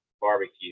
barbecue